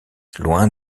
loin